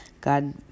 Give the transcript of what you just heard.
God